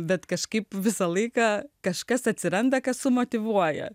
bet kažkaip visą laiką kažkas atsiranda kas motyvuoja